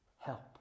help